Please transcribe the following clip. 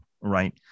right